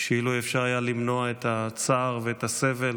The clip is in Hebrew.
שאילו אפשר היה למנוע את הצער ואת הסבל